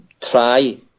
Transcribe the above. Try